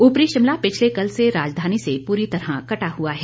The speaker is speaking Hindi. ऊपरी शिमला पिछले कल से राजधानी से पूरी तरह कटा हुआ है